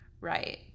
right